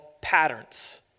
Patterns